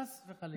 חס וחלילה.